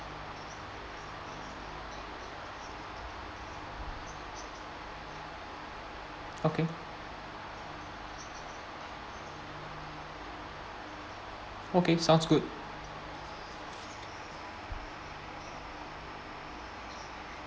okay okay sounds good